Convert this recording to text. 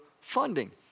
funding